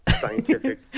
scientific